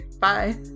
Bye